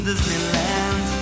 Disneyland